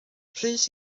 rhys